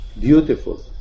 beautiful